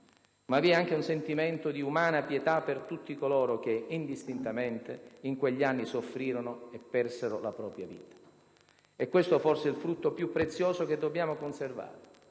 Ma vi è anche un sentimento di umana pietà per tutti coloro che, indistintamente, in quegli anni soffrirono e persero la propria vita. È questo forse il frutto più prezioso che dobbiamo conservare: